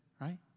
right